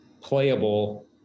playable